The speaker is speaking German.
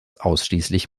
ausschließlich